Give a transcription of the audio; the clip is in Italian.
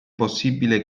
possibile